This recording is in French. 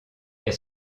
est